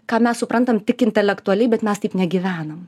ką mes suprantam tik intelektualiai bet mes taip negyvenam